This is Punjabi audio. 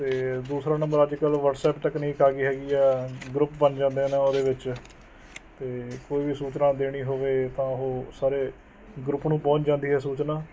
ਅਤੇ ਦੂਸਰਾ ਨੰਬਰ ਅੱਜ ਕੱਲ੍ਹ ਵਟਸਐਪ ਤਕਨੀਕ ਆ ਗਈ ਹੈਗੀ ਆ ਗਰੁੱਪ ਬਣ ਜਾਂਦੇ ਨੇ ਉਹਦੇ ਵਿੱਚ ਅਤੇ ਕੋਈ ਵੀ ਸੂਚਨਾਂ ਦੇਣੀ ਹੋਵੇ ਤਾਂ ਉਹ ਸਾਰੇ ਗਰੁੱਪ ਨੂੰ ਪਹੁੰਚ ਜਾਂਦੀ ਹੈ ਸੂਚਨਾ